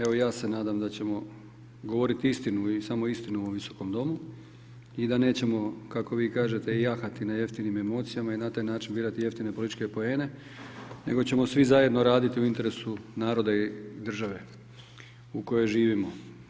Evo i ja se nadam da ćemo govoriti istinu i samo istinu u ovom Visokom domu i da nećemo kako vi kažete, jahati na jeftinim emocijama i na taj način ubirati jeftine političke poene nego ćemo svi zajedno raditi u interesu naroda i države u kojoj živimo.